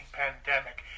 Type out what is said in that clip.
pandemic